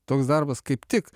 toks darbas kaip tik